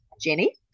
Jenny